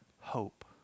hope